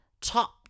top